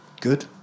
good